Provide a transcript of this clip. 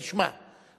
תשמע,